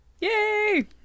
Yay